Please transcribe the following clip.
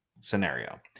scenario